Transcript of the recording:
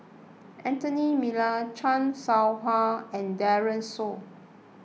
Anthony Miller Chan Soh Ha and Daren Shiau